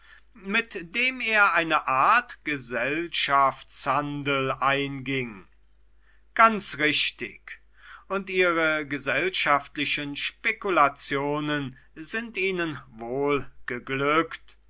mit dem er eine art gesellschaftshandel einging ganz richtig und ihre gesellschaftlichen spekulationen sind ihnen wohl geglückt